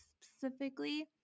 specifically